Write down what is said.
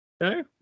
No